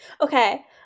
Okay